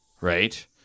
Right